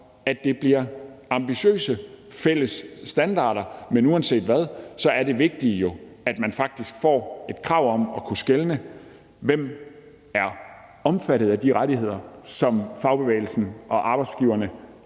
at det bliver ambitiøse fælles standarder, men uanset hvad er det vigtige jo, at man faktisk får et krav om at kunne skelne mellem, hvem der er omfattet af de rettigheder, som fagbevægelsen og arbejdsgiverne